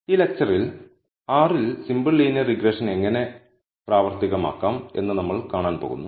ഈ ലെക്ച്ചറിൽ R ൽ സിമ്പിൾ ലീനിയർ റിഗ്രഷൻ എങ്ങനെ പ്രാവർത്തികമാക്കാം എന്ന് നമ്മൾ കാണാൻ പോകുന്നു